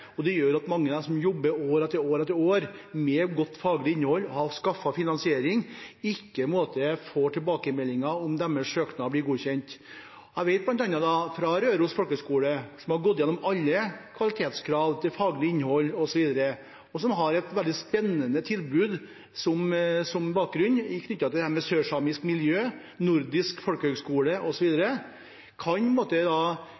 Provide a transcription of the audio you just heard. Det gjør at mange av dem som jobber år etter år etter år med et godt faglig innhold og har skaffet finansiering, ikke får tilbakemeldinger om hvorvidt søknaden deres blir godkjent. Kan f.eks. Røros folkehøgskole, som har gått gjennom alle kvalitetskrav til faglig innhold osv., og som har et veldig spennende tilbud som bakgrunn – knyttet til sørsamisk miljø, nordisk folkehøgskole